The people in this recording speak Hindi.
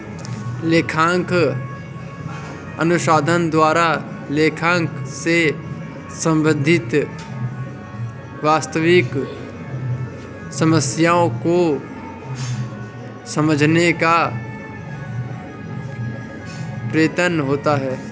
लेखांकन अनुसंधान द्वारा लेखांकन से संबंधित वास्तविक समस्याओं को समझाने का प्रयत्न होता है